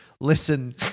listen